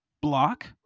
block